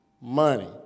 money